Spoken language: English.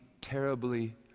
terribly